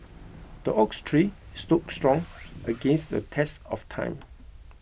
the oaks tree stood strong against the test of time